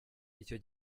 icyo